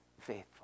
faithful